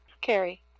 Carrie